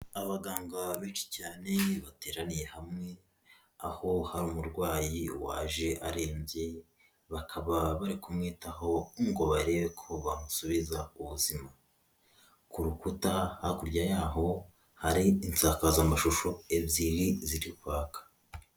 Abaganga benshi cyane bateraniye hamwe, aho hari umurwayi waje arembye, bakaba bari kumwitaho ngo barebe ko bamusubiza ubuzima, ku rukuta hakurya yaho hari insakazamashusho ebyiri ziri kwaka.